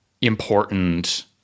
important